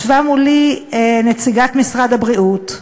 ישבה מולי נציגת משרד הבריאות ואמרה: